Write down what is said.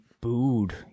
booed